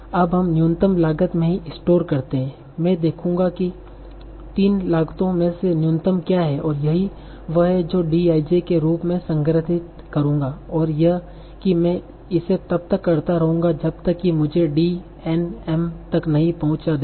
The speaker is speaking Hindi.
अब हम न्यूनतम लागत में ही स्टोर करते हैं मैं देखूंगा कि तीनों लागतों में से न्यूनतम क्या है और यही वह है जो D i j के रूप में संग्रहीत करूंगा और यह कि मैं इसे तब तक करता रहता हूं जब तक कि मैं इसे D n m तक नहीं पहुंचा देता